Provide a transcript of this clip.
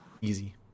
Easy